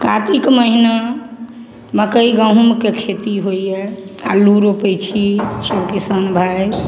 कातिक महिना मकइ गहूमके खेती होइए अल्लू रोपै छी किछु किसान भाइ